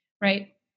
right